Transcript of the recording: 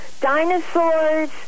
dinosaurs